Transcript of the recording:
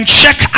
check